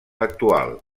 actual